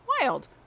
wild